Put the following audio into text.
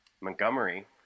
Montgomery